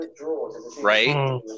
right